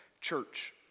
Church